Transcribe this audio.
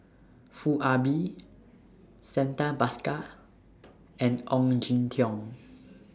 Foo Ah Bee Santha Bhaskar and Ong Jin Teong